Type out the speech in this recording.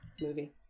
movie